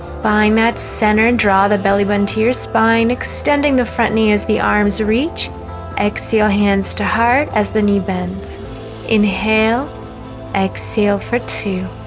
find that center draw the belly button to your spine extending the front knee as the arms reach exhale hands to heart as the knee bends inhale exhale four to